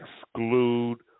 exclude